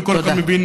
וכל אחד מבין